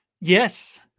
Yes